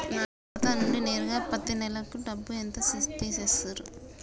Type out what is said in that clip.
నా ఖాతా నుండి నేరుగా పత్తి నెల డబ్బు ఎంత తీసేశిర్రు?